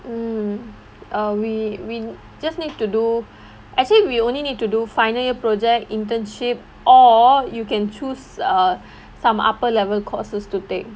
mm uh we we just need to do actually we only need to do final year project internship or you can choose err some upper level courses to take